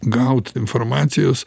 gaut informacijos